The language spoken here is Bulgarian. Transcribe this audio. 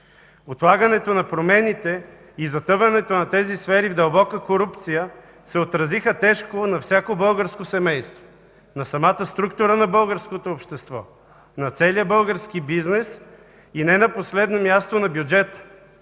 Отлагането на промените и затъването на тези сфери в дълбока корупция се отразиха тежко на всяко българско семейство, на самата структура на българското общество, на целия български бизнес и не на последно място, на бюджета